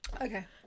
okay